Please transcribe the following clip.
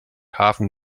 hafen